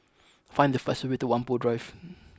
find the fastest way to Whampoa Drive